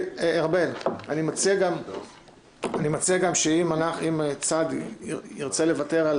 ארבל, אני מציע גם שאם סעדי ירצה לוותר על